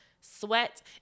sweat